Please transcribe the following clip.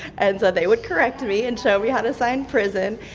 and so they would correct me and show me how to sign prison.